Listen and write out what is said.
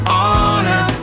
honor